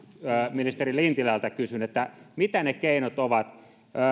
ministeri lintilältä kysyn mitä ne keinot ovat